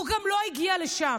הוא גם לא הגיע לשם.